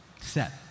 set